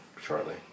shortly